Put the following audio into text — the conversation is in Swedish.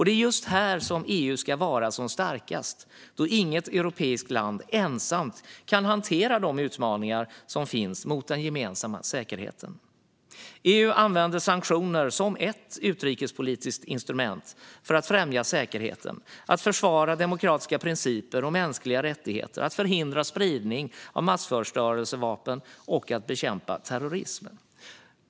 Det är just här som EU ska vara som starkast, då inget europeiskt land ensamt kan hantera de utmaningar som finns när det gäller den gemensamma säkerheten. EU använder sanktioner som ett utrikespolitiskt instrument för att främja säkerheten, försvara demokratiska principer och mänskliga rättigheter, förhindra spridning av massförstörelsevapen och bekämpa terrorism.